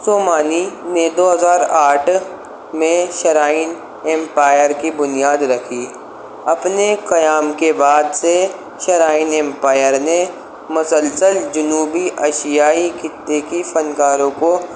سومانی نے دو ہزار آٹھ میں شرائن ایمپائر کی بنیاد رکھی اپنے قیام کے بعد سے شرائن ایمپایر نے مسلسل جنوبی اشیائی خطے کی فنکاروں کو